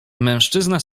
mężczyzna